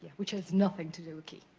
which has nothing to do with key.